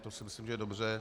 To si myslím, že je dobře.